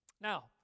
Now